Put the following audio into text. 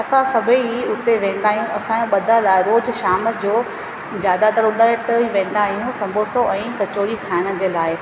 असां सभई उते वेंदा आहियूं असांजो ॿधियल आहे रोज शाम जो ज़्यादातरि उन वटि वेंदा आहियूं संबोसो ऐं कचोड़ी खाइण जे लाइ